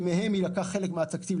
שמהן יילקח חלק מהתקציב הזה,